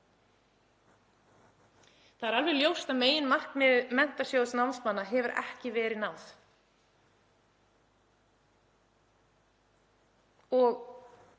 Það er alveg ljóst að meginmarkmiði Menntasjóðs námsmanna hefur ekki verið náð.